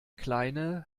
kleine